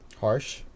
Harsh